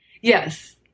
Yes